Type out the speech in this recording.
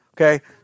Okay